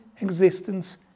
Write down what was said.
existence